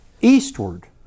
eastward